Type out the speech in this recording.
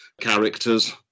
characters